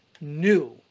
new